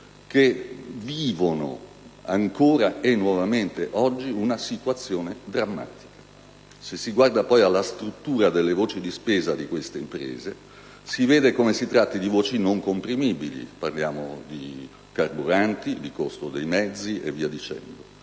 che vivono ancora e nuovamente oggi una situazione drammatica. Se si guarda poi alla struttura delle voci di spesa di queste imprese, si vede come si tratti di voci non comprimibili (parliamo di carburanti, di costo dei mezzi e via dicendo),